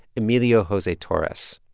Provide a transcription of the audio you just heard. emilio jose torres.